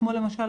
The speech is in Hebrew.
כמו למשל,